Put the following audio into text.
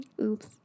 Oops